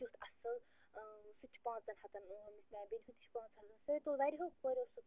تٮُ۪تھ اَصٕل سُہ چھُ پانٛژَن ہَتن میٛانہِ بیٚنہِ تہِ چھُ پانٛژَن سُے تُل واریاہو کورٮ۪و سُہ تُل